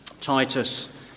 Titus